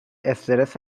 استرس